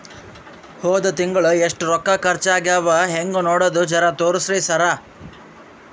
ಹೊದ ತಿಂಗಳ ಎಷ್ಟ ರೊಕ್ಕ ಖರ್ಚಾ ಆಗ್ಯಾವ ಹೆಂಗ ನೋಡದು ಜರಾ ತೋರ್ಸಿ ಸರಾ?